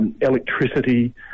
electricity